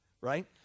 right